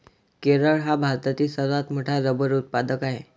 केरळ हा भारतातील सर्वात मोठा रबर उत्पादक आहे